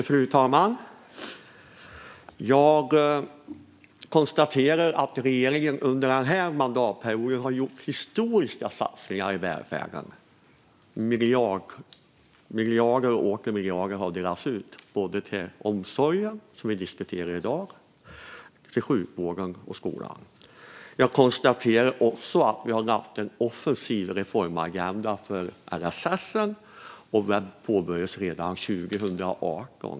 Fru talman! Jag konstaterar att regeringen under denna mandatperiod har gjort historiska satsningar på välfärden. Miljarder och åter miljarder har delats ut till omsorgen, som vi diskuterar i dag, till sjukvården och till skolan. Jag konstaterar också att vi har haft en offensiv reformagenda för LSS. Den påbörjades redan 2018.